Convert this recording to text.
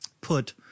put